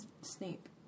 Snape